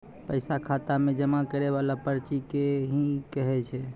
पैसा खाता मे जमा करैय वाला पर्ची के की कहेय छै?